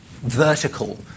vertical